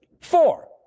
Four